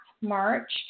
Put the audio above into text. March